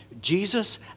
Jesus